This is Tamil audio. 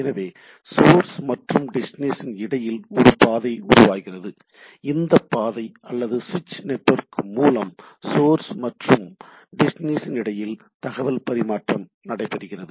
எனவே சோர்ஸ் மற்றும் டெஸ்டினேஷன் இடையில் ஒரு பாதை உண்டாகிறது இந்த பாதை அல்லது சுவிட்ச் நெட்வொர்க் மூலம் சோர்ஸ் மற்றும் டெஸ்டினேஷன் இடையில் தகவல் பரிமாற்றம் நடைபெறுகிறது